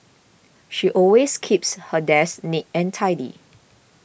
she always keeps her desk neat and tidy